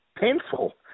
painful